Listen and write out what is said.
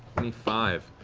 twenty five.